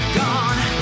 gone